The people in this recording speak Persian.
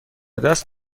دست